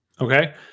Okay